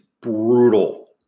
brutal